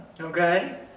Okay